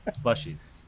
Slushies